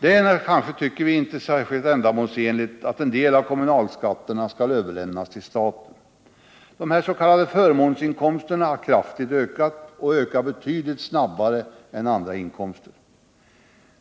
Det är inte särskilt ändamålsenligt att en del av kommunalskatterna skall överlämnas till staten. De här s.k. förmånsinkomsterna har kraftigt ökat och ökar betydligt snabbare än andra inkomster.